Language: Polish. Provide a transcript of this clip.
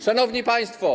Szanowni Państwo!